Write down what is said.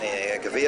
דקות.